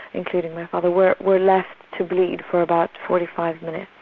including my father, were were left to bleed for about forty five minutes.